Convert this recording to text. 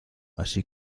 así